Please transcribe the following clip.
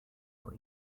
for